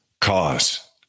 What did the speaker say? cause